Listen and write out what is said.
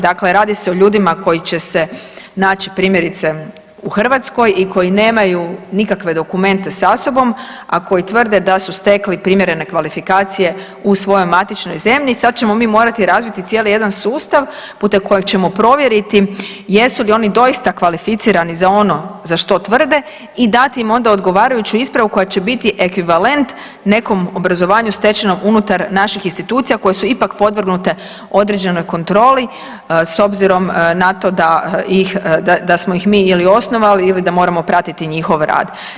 Dakle, radi se o ljudima koji će se naći primjerice u Hrvatskoj i koji nemaju nikakve dokumente sa sobom, a koji tvrde da su stekli primjerene kvalifikacije u svojoj matičnoj zemlji i sad ćemo mi morati razviti cijeli jedan sustav putem kojeg ćemo provjeriti jesu li oni doista kvalificirani za ono za što tvrde i dat im onda odgovarajuću ispravu koja će biti ekvivalent nekom obrazovanju stečenom unutar naših institucija koje su ipak podvrgnute određenoj kontroli s obzirom na to da smo ih mi ili osnovali ili da moramo pratiti njihov rad.